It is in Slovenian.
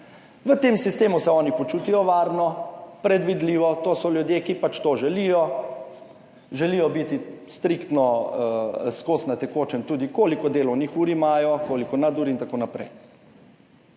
V tem sistemu se oni počutijo varno, predvidljivo, to so ljudje, ki pač to želijo, želijo biti striktno skozi na tekočem tudi koliko delovnih ur imajo, koliko nadur in tako naprej.